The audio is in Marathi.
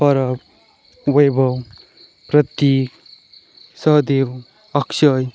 परब वैभव प्रतीक सहदेव अक्षय